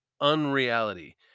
unreality